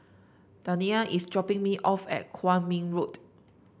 Dania is dropping me off at Kwong Min Road